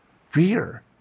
Fear